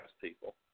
people